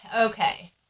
Okay